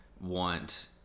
want